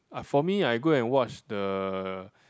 uh for me I go and watch the